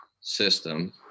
system